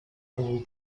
paul